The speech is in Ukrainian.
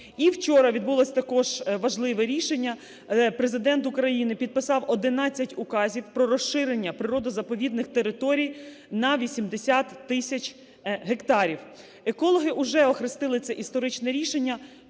І вчора відбулось також важливе рішення: Президент України підписав 11 указів про розширення природо-заповідних територій на 80 тисяч гектарів. Екологи уже охрестили це історичне рішення